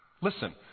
Listen